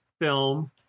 film